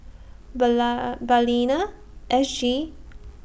Balina S G